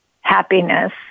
happiness